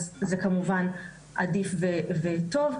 אז זה כמובן עדיף וטוב.